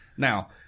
Now